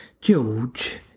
george